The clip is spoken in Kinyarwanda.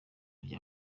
rya